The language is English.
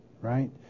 right